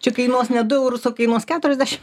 čia kainuos ne du eurus o kainuos keturiasdešimt